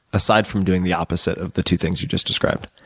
aside from doing the opposite of the two things you just described.